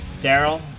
Daryl